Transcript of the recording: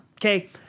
Okay